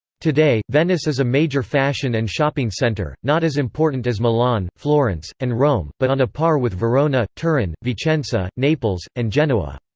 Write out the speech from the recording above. today, venice is a major fashion and shopping centre, not as important as milan, florence, and rome, but on a par with verona, turin, vicenza, naples, and genoa.